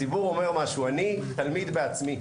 אני תלמיד בעצמי,